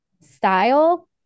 style